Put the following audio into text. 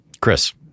Chris